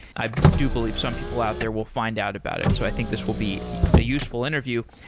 i do believe some people out there will find out about it. so i think this will be a useful interview.